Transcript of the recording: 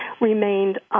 remained